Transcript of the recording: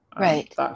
right